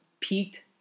peaked